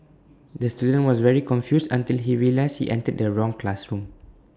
the student was very confused until he realised he entered the wrong classroom